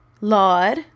Lord